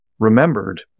Remembered